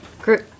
group